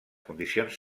condicions